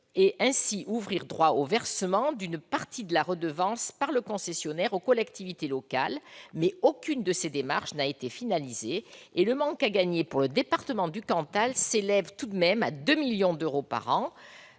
et ainsi ouvrir droit au versement d'une partie de la redevance par le concessionnaire aux collectivités locales. Mais aucune de ces démarches n'a été finalisée, et le manque à gagner pour le département du Cantal s'élève tout de même à 2 millions d'euros par an,